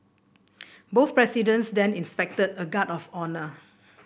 both presidents then inspected a guard of honour